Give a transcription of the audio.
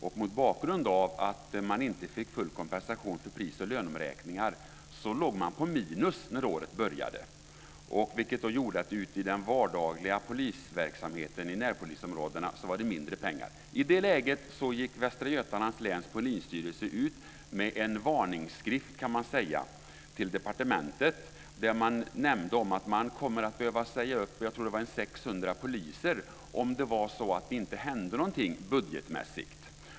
Mot bakgrund av att man inte fick full kompensation för pris och löneomräkningar låg man på minus när året började, vilket gjorde att det var mindre pengar ute i den vardagliga polisverksamheten i närpolisområdena. I det läget gick Västra Götalands läns polisstyrelse ut med vad vi kan kalla en varningsskrift till departementet, där man nämnde att man skulle komma att behöva säga upp 600 poliser, tror jag, om det inte hände någonting budgetmässigt.